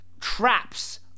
traps